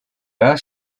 edad